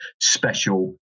special